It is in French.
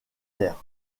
terres